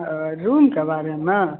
room के बारेमे